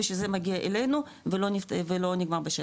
בשביל זה מגיע אלינו ולא נגמר בשטח.